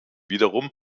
wiederum